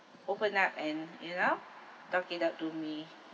open up and you know talk it out to me